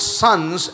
sons